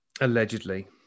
Allegedly